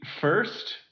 first